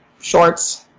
shorts